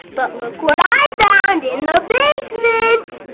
but look what i found in the basement.